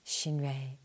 Shinrei